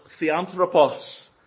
Theanthropos